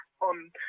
on